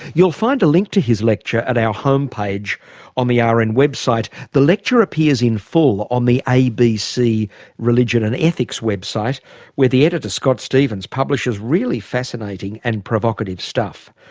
you'll find a link to his lecture at our homepage on the rn and website. the lecture appears in full on the abc religion and ethics website where the editor scott stephens publishes really fascinating and provocative stuff.